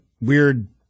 weird